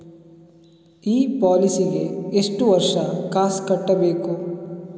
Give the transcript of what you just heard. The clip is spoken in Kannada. ಈ ಪಾಲಿಸಿಗೆ ಎಷ್ಟು ವರ್ಷ ಕಾಸ್ ಕಟ್ಟಬೇಕು?